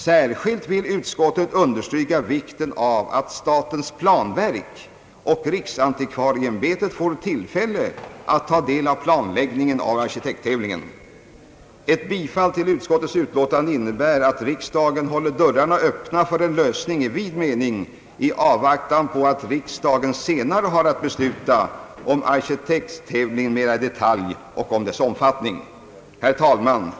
Särskilt vill utskottet understryka vikten av att statens planverk och riksantikvarieämbetet får tillfälle att ta del i planläggningen av arkitekttävlingen.» Ett bifall till utskottets förslag innebär att riksdagen håller dörrarna öppna för en lösning i vid mening i avvaktan på att riksdagen senare har att besluta om arkitekttävlingen mera i detalj och om dess omfattning. Herr talman!